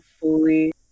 fully